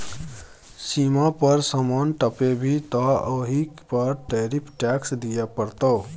सीमा पर समान टपेभी तँ ओहि पर टैरिफ टैक्स दिअ पड़तौ